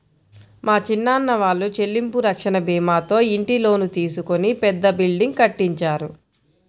మా చిన్నాన్న వాళ్ళు చెల్లింపు రక్షణ భీమాతో ఇంటి లోను తీసుకొని పెద్ద బిల్డింగ్ కట్టించారు